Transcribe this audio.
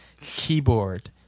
keyboard